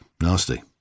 Nasty